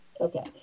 Okay